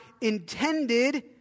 intended